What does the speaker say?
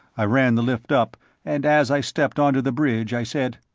i ran the lift up and as i stepped onto the bridge i said,